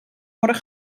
worden